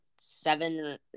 seven